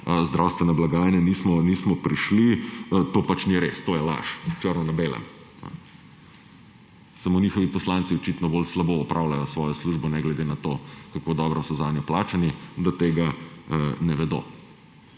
zdravstvene blagajne, nismo prišli. To pač ni res, to je laž, črno na belem. Vendar njihovi poslanci očitno bolj slabo opravljajo svojo službo, ne glede na to, kako dobro so zanjo plačani, da tega ne vedo.